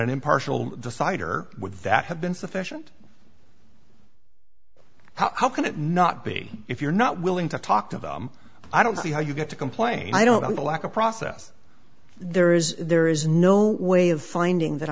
an impartial decider with that have been sufficient how can it not be if you're not willing to talk to them i don't see how you get to complain i don't think a lack of process there is there is no way of finding that